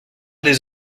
des